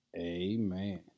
amen